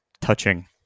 touching